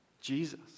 Jesus